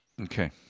Okay